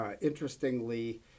interestingly